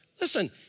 Listen